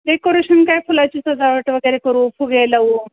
decoration काय फुलाची सजावट वगैरे करू फुगे लाऊ